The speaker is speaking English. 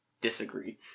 disagree